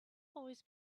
always